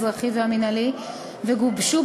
האזרחי והמינהלי וגובשו,